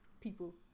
people